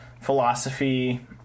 philosophy